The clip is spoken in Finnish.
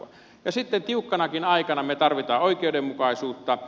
ja sitten tiukkanakin aikana me tarvitsemme oikeudenmukaisuutta